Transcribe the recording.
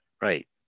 Right